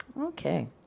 Okay